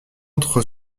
entre